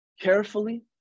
carefully